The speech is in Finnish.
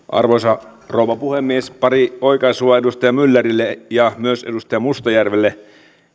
arvoisa rouva puhemies pari oikaisua edustaja myllerille ja myös edustaja mustajärvelle